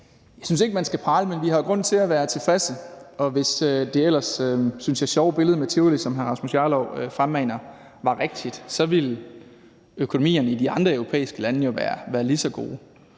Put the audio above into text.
Jeg synes ikke, at man skal prale, men vi har grund til at være tilfredse. Og hvis det ellers sjove billede med Tivoli, som hr. Rasmus Jarlov fremmaner, var rigtigt, ville økonomierne i de andre europæiske lande jo være lige så gode.